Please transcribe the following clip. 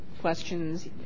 questions